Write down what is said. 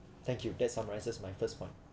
thank you that summarizes my first [one]